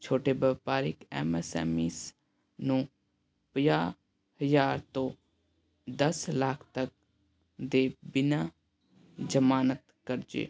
ਛੋਟੇ ਵਪਾਰਿਕ M S M Es ਨੂੰ ਪੰਜਾਹ ਹਜ਼ਾਰ ਤੋਂ ਦਸ ਲੱਖ ਤੱਕ ਦੇ ਬਿਨ੍ਹਾਂ ਜ਼ਮਾਨਤ ਕਰਜ਼ੇ